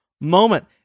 moment